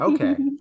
Okay